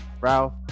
ralph